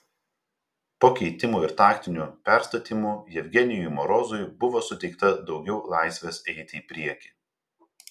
po keitimų ir taktinių perstatymų jevgenijui morozui buvo suteikta daugiau laisvės eiti į priekį